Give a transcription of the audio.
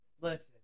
Listen